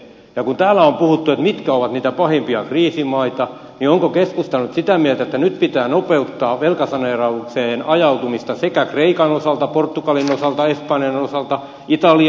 ja kun täällä on puhuttu mitkä ovat niitä pahimpia kriisimaita niin onko keskusta nyt sitä mieltä että nyt pitää nopeuttaa velkasaneeraukseen ajautumista kreikan osalta portugalin osalta espanjan osalta italian osalta ja belgian osalta